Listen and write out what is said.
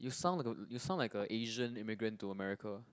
you sound like a you sound like a Asian immigrant to America